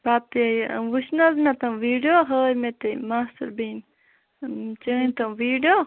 پَتہٕ یہِ وُچھ نہ حظ مےٚ تِم ویٖڈیو ہٲے مےٚ تٔمۍ ماسترۍ بیٚنہِ چٲنۍ تِم ویٖڈیو